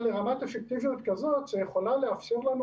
לרמת אפקטיביות כזו שיכולה לאפשר לנו,